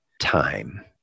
time